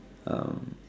um